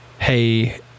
Hey